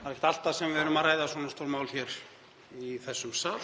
það er ekki alltaf sem við erum að ræða svona stór mál í þessum sal.